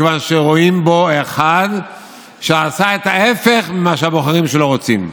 מכיוון שרואים בו אחד שעשה את ההפך ממה שהבוחרים שלו רוצים.